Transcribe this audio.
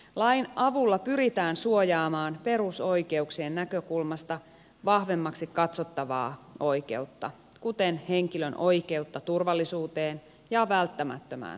lain avulla pyritään suojaamaan perusoikeuksien näkökulmasta vahvemmaksi katsottavaa oikeutta kuten henkilön oikeutta tur vallisuuteen ja välttämättömään huolenpitoon